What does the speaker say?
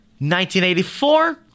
1984